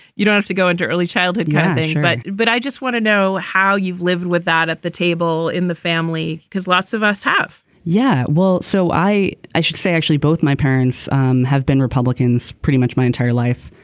you don't have to go into early childhood. kind of but but i just want to know how you've lived with that at the table in the family because lots of us have yeah well so i i should say actually both my parents um have been republicans pretty much my entire life.